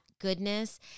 goodness